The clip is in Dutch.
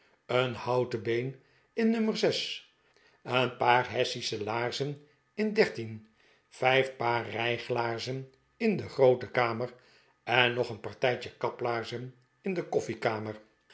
een houten been in nummer zes een paar hessische laarzen in dertien vijf paar rijglaarzen in de groote kamer en nog een partij kaplaarzen in de